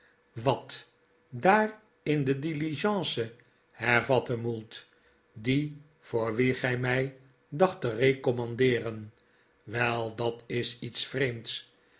wat daar in de diligence hervatte mould die voor wien gij mij dacht te recommandeeren wel dat is iets vreemds